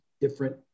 different